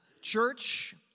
Church